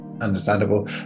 understandable